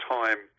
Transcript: time